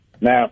Now